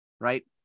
right